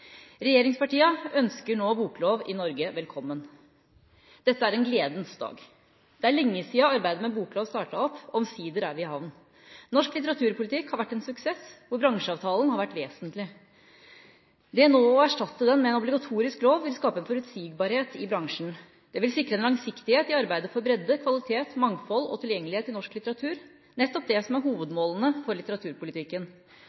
Regjeringspartiene ønsker nå boklov i Norge velkommen. Dette er en gledens dag. Det er lenge siden arbeidet med boklov startet opp, og omsider er vi i havn. Norsk litteraturpolitikk har vært en suksess, hvor bransjeavtalen har vært vesentlig. Det nå å erstatte den med en obligatorisk lov, vil skape en forutsigbarhet i bransjen. Det vil sikre en langsiktighet i arbeidet for bredde, kvalitet, mangfold og tilgjengelighet i norsk litteratur – nettopp det som er